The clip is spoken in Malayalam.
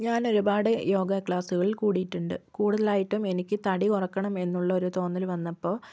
ഞാൻ ഒരുപാട് യോഗാക്ലാസ്സുകളിൽ കൂടിയിട്ടുണ്ട് കൂടുതലായിട്ടും എനിക്ക് തടി കുറയ്ക്കണമെന്നുള്ള ഒരു തോന്നൽ വന്നപ്പോൾ